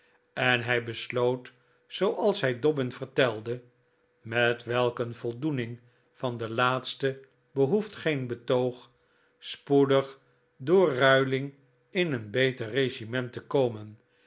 en hij besloot zooals hij dobbin vertelde met welk een voldoening van den laatste behoeft geen betoog spoedig door ruiling in een beter regiment te komen